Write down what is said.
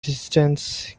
distance